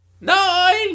nine